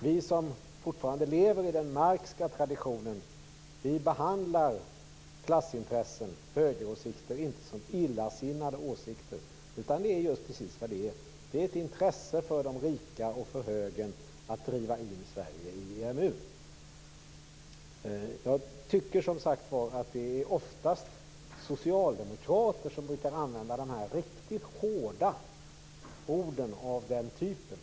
Vi som fortfarande lever i den Marxska traditionen behandlar inte klassintressen och högeråsikter som illasinnade åsikter, utan vi ser det som just ett intresse för de rika och för högern att driva in Sverige i EMU. Jag tycker, som sagt var, att det oftast är socialdemokrater som brukar använda de riktigt hårda orden av den typen.